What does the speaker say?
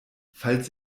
falls